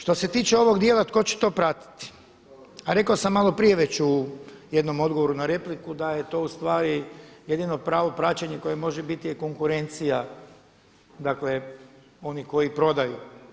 Što se tiče ovog dijela tko će to pratiti, rekao sam malo prije već u jednom odgovoru na repliku da je to jedino pravo praćenje koje može biti je konkurencija onih koji prodaju.